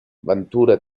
ventura